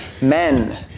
Men